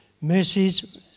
mercies